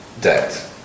debt